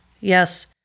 Yes